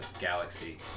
galaxy